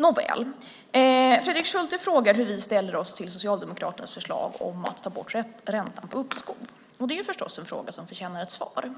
Nåväl, Fredrik Schulte frågar hur vi ställer oss till Socialdemokraternas förslag om att ta bort räntan på uppskov. Det är förstås en fråga som förtjänar ett svar.